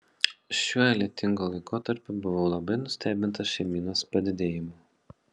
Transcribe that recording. šiuo lietingu laikotarpiu buvau labai nustebintas šeimynos padidėjimu